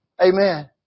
Amen